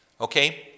Okay